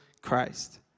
Christ